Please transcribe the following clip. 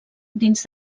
dins